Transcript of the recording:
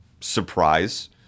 surprise